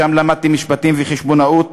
שם למדתי משפטים וחשבונאות